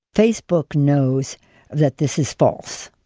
facebook knows that this is false.